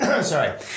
sorry